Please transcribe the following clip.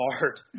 hard